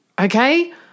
Okay